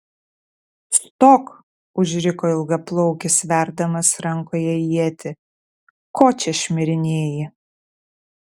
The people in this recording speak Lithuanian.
stok užriko ilgaplaukis sverdamas rankoje ietį ko čia šmirinėji